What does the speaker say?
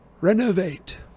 Renovate